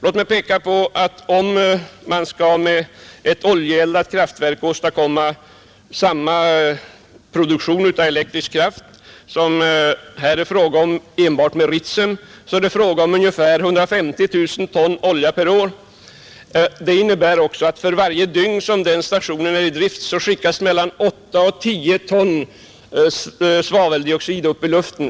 Låt mig peka på att ett oljeeldat kraftverk för lika stor produktion av elektrisk kraft som det här är fråga om enbart med Ritsemutbyggnaden förbrukar ungefär 150 000 ton olja per år. Det innebär att för varje dygn den stationen är i drift skickas mellan 8 och 10 ton svaveldioxid upp i luften.